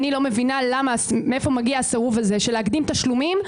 אני לא מבינה מאיפה מגיע הסירוב הזה של להקדים תשלומים,